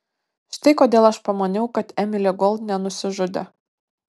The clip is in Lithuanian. štai kodėl aš pamaniau kad emilė gold nenusižudė